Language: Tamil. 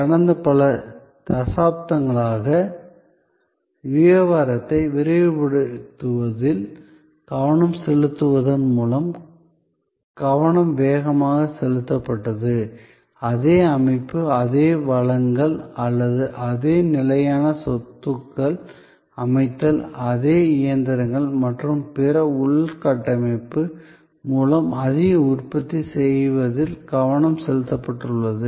கடந்த பல தசாப்தங்களாக வியாபாரத்தை விரைவுபடுத்துவதில் கவனம் செலுத்துவதன் மூலம் கவனம் வேகமாக செலுத்தப்பட்டது அதே அமைப்பு அதே வளங்கள் அல்லது அதே நிலையான சொத்துக்கள் அமைத்தல் அதே இயந்திரங்கள் மற்றும் பிற உள்கட்டமைப்பு மூலம் அதிக உற்பத்தி செய்வதில் கவனம் செலுத்தப்பட்டுள்ளது